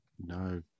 No